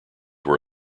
were